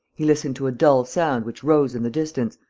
he listened to a dull sound which rose in the distance,